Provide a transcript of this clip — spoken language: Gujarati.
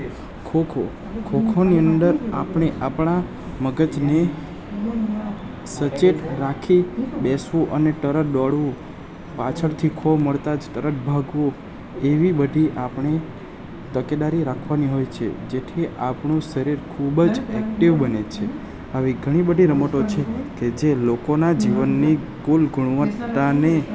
ખોખો ખોખોની અંદર આપણે આપણાં મગજને સચેત રાખી બેસવું અને તરત દોડવું પાછળથી ખો મળતાં જ તરત ભાગવું એવી બધી આપણે તકેદારી રાખવાની હોય છે જેથી આપણું શરીર ખૂબ જ એક્ટિવ બને છે આવી ગણી બધી રમતો છે કે જે લોકોના જીવનની કુલ ગુણવત્તાને